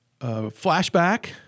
flashback